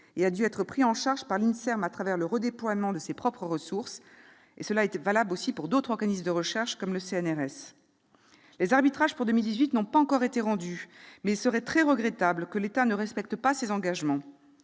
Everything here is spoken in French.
et a dû être pris en charge par l'INSERM à travers le redéploiement de ses propres ressources. Cela a été valable pour d'autres organismes de recherche, comme le CNRS. Les arbitrages pour 2018 n'ont pas encore été rendus, mais il serait très regrettable que l'État ne respecte pas ses engagements.